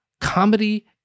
Comedy